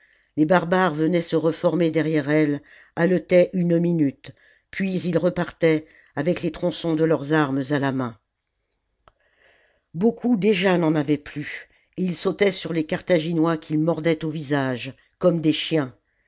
les barbares venaient se reformer derrière elle haletaient une minute puis ils repartaient avec les tronçons de leurs armes à la main beaucoup déjà n'en avaient plus et ils sautaient sur les carthaginois qu'ils mordaient au visage comme des chiens